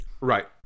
right